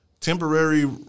temporary